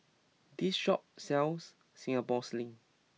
this shop sells Singapore Sling